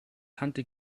tante